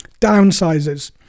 downsizes